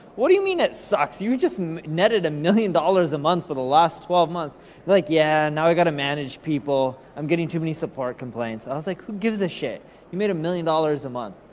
what do you mean it sucks? you just netted a million dollars a month for the last twelve months. they're like, yeah, now we gotta manage people. i'm getting too many support complaints. i was like, who gives a shit, you made a million dollars a month.